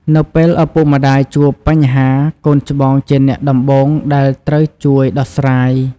នៅពេលឪពុកម្ដាយជួបបញ្ហា កូនច្បងជាអ្នកដំបូងដែលត្រូវជួយដោះស្រាយ។